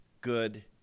good